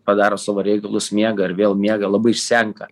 padaro savo reikalus miega ir vėl miega labai išsenka